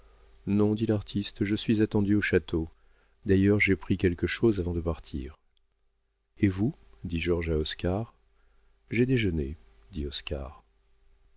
non dit l'artiste je suis attendu au château d'ailleurs j'ai pris quelque chose avant de partir et vous dit georges à oscar j'ai déjeuné dit